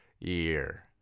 year